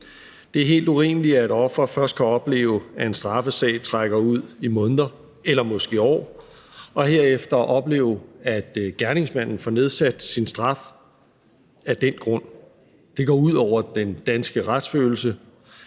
Det er helt urimeligt, at ofre først kan opleve, at en straffesag trækker ud i måneder eller måske år, og herefter kan opleve, at gerningsmanden får nedsat sin straf af den grund. Det går ud over den danske retsfølelse.